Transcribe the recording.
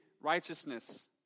righteousness